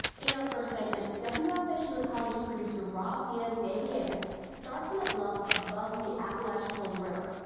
in our first segment, wfsu ecology producer rob diaz de villegas starts on a bluff above the aplachicola river,